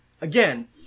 again